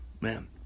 man